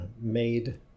made